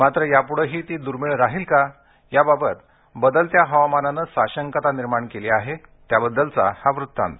मात्र यापुढेही ती दुर्मीळ राहिल का याबाबत बदलत्या हवामानानं साशंकता निर्माण केली आहे त्याबाबतचा हा वृत्तांत